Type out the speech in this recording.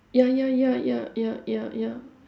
ya ya ya ya ya ya ya